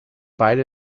beide